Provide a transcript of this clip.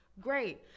great